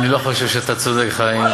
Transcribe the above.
אני לא חושב שאתה צודק, חיים.